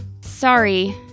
Sorry